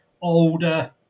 older